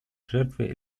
жертвой